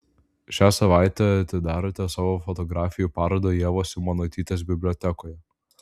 šią savaitę atidarote savo fotografijų parodą ievos simonaitytės bibliotekoje